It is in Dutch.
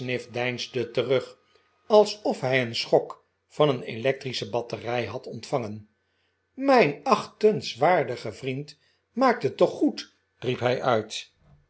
pecksniff deinsde terug alsof hij een schok van een electrische batterij had ontvangen mijn achtenswaardige vriend maakt het toch goed riep hij uit